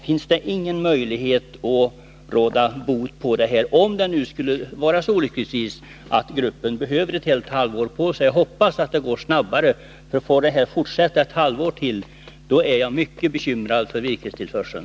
Finns det ingen möjlighet att råda bot på detta, om det olyckligtvis skulle vara så att gruppen behöver ett helt halvår på sig? Jag hoppas att det går snabbare, för får detta fortsätta ett halvår till, är jag mycket bekymrad för virkestillförseln.